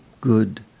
good